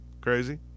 crazy